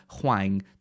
Huang